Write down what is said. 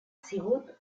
sigut